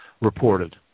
reported